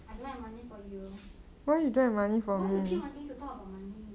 I don't have money for you why you keep wanting to talk about money